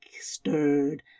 stirred